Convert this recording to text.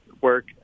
work